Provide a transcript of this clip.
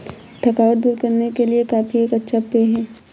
थकावट दूर करने के लिए कॉफी एक अच्छा पेय है